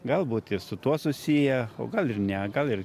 galbūt ir su tuo susiję o gal ir ne gal ir